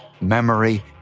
memory